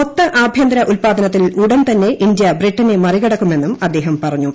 മൊത്തആഭ്യന്തര ഉത്പ്പാദനത്തിൽ ഉടൻതന്നെ ഇന്ത്യ ബ്രിട്ടനെ മറികടക്കുമെന്നും അദ്ദേഹം പറഞ്ഞു